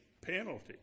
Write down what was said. penalty